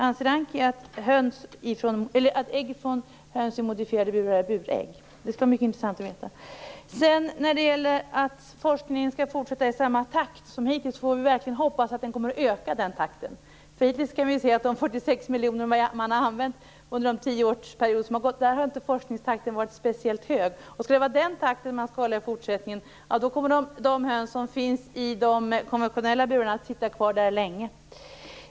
Anser Ann-Kristine Johansson att ägg från höns i modifierade burar är burägg? Det skulle vara mycket intressant att veta. När det gäller att forskningen skall fortsätta i samma takt som hittills får vi verkligen hoppas att den takten kommer att öka. Med de 46 miljoner som man har använt under den tioårsperiod som har gått har forskningstakten inte varit speciellt hög. Skall man hålla den takten i fortsättningen kommer de höns som finns i de konventionella burarna att sitta kvar där länge.